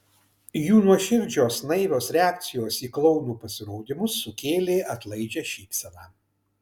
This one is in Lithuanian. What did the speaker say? jų nuoširdžios naivios reakcijos į klounų pasirodymus sukėlė atlaidžią šypseną